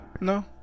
No